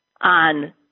on